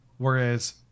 Whereas